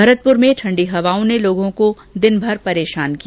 भरतपुर में ठंडी हवाओं ने लोगों को दिनभर परेशान किया